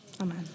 Amen